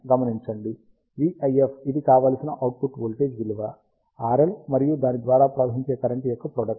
గమనించండి vIF ఇది కావలసిన అవుట్పుట్ వోల్టేజ్ విలువ RL మరియు దాని ద్వారా ప్రవహించే కరెంట్ యొక్క ప్రాడక్ట్